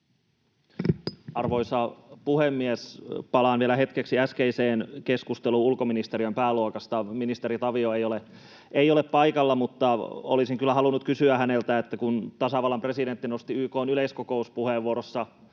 Arvoisa puhemies! Palaan vielä hetkeksi äskeiseen keskusteluun ulkoministeriön pääluokasta. Ministeri Tavio ei ole paikalla, mutta olisin kyllä halunnut kysyä häneltä, että kun tasavallan presidentti nosti YK:n yleiskokouspuheenvuorossa